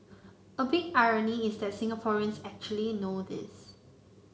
a big irony is that Singaporeans actually know this